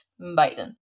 Biden